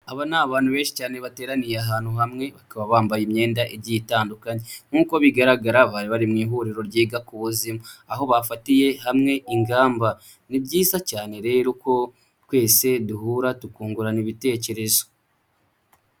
Aba ni abantu benshi cyane bateraniye ahantu hamwe bakaba bambaye imyenda igiye itandukanye, nk'uko bigaragara bari bari mu ihuriro ryiga ku buzima, aho bafatiye hamwe ingamba. Ni byiza cyane rero ko twese duhura tukungurana ibitekerezo.